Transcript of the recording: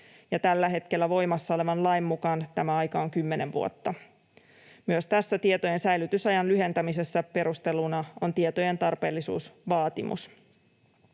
tällä hetkellä voimassa olevan lain mukaan tämä aika on kymmenen vuotta. Myös tässä tietojen säilytysajan lyhentämisessä perusteluna on tietojen tarpeellisuusvaatimus.